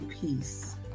peace